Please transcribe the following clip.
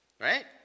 right